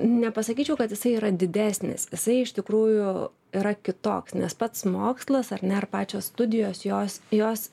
nepasakyčiau kad jisai yra didesnis jisai iš tikrųjų yra kitoks nes pats mokslas ar ne ar pačios studijos jos jos